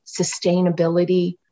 sustainability